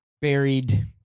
Buried